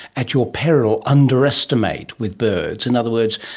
at your peril, underestimate with birds. in other words,